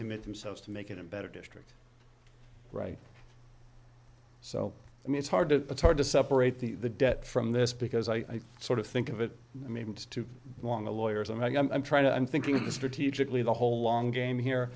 recommit themselves to make it a better district right so i mean it's hard to hard to separate the debt from this because i sort of think of it maybe too long the lawyers and i'm trying to i'm thinking strategically the whole long game here